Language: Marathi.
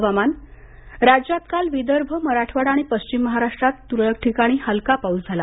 हवामान राज्यात काल विदर्भ मराठवाडा आणि पश्चिम महाराष्ट्रात तुरळक ठिकाणी हलका पाऊस झाला